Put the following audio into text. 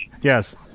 Yes